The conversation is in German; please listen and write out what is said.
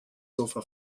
sofa